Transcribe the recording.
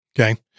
Okay